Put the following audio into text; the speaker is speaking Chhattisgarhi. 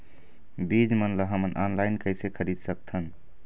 बीज मन ला हमन ऑनलाइन कइसे खरीद सकथन?